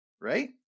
right